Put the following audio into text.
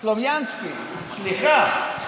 סלומינסקי, סליחה.